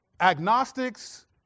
Agnostics